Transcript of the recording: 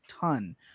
ton